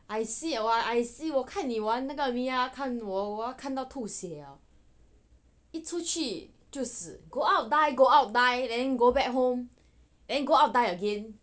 I see [what] I see 我看你玩那个 mia 我要看到吐血一出去就死 go out die go out die then go back home and go out die again